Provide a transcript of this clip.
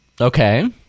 Okay